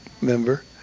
member